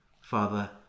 father